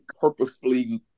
purposefully